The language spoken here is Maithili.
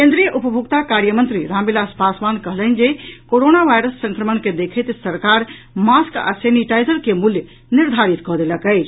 केन्द्रीय उपभोक्ता कार्य मंत्री रामविलास पासवान कहलनि जे कोरोना वायरस संक्रमण के देखैत सरकार मास्क आ सेनिटाईजर के मूल्य निर्धारित कऽ देलक अछि